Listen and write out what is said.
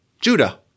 Judah